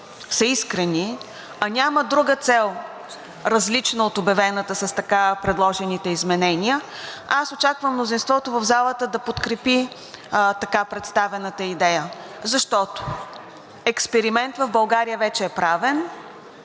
са искрени, а няма друга цел, различна от обявената с така предложените изменения, аз очаквам мнозинството в залата да подкрепи така представената идея, защото експеримент в България вече е правен